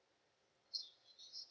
so